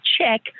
check